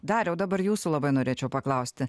dariau dabar jūsų labai norėčiau paklausti